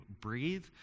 breathe